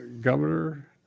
governor